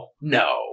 No